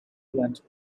went